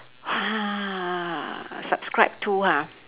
subscribe to ha